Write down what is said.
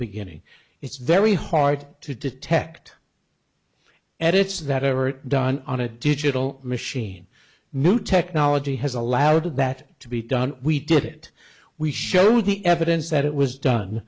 beginning it's very hard to detect edits that ever done on a digital machine new technology has allowed that to be done we did it we showed the evidence that it was done